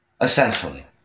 Essentially